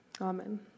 Amen